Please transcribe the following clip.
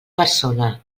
persona